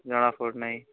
ଜଣା ପଡ଼ୁନେଇଁ